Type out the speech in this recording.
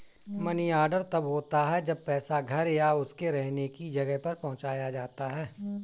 money order तब होता है जब पैसा घर या उसके रहने की जगह पर पहुंचाया जाता है